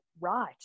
right